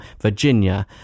Virginia